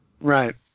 Right